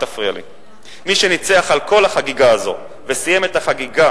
מי שניצח על כל החגיגה הזו וסיים את החגיגה